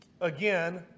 Again